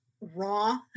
raw